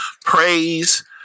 praise